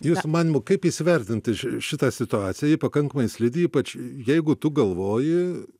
jūsų manymu kaip įsivertinti šitą situaciją ji pakankamai slidi ypač jeigu tu galvoji